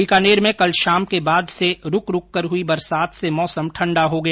बीकानेर में कल शाम के बाद से रूकरूक कर हुई बरसात से मौसम ठण्डा हो गया